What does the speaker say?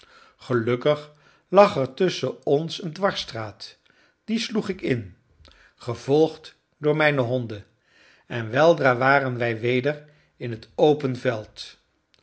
gelukkig lag er tusschen ons een dwarsstraat die sloeg ik in gevolgd door mijne honden en weldra waren wij weder in het open veld